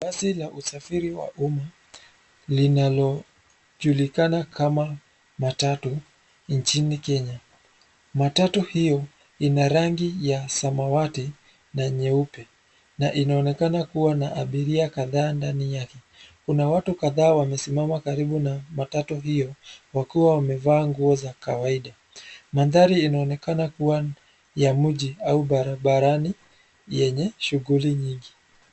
Basi la usafiri wa umma linalojulikana kama matatu, nchini Kenya. Matatu hio ina rangi ya samawati na nyeupe na inaonekana kuwa na abiria kadhaa ndani yake. Kuna watu kadhaa wamesimama karibu na matatu hio, wakiwa wamevaa nguo za kawaida. Mandhari inaonekana kuwa ya mji au barabarani, yenye shughuli nyingi.